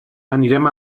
anirem